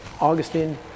augustine